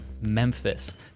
Memphis